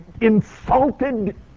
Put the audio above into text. insulted